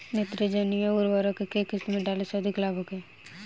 नेत्रजनीय उर्वरक के केय किस्त में डाले से अधिक लाभ होखे?